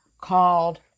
called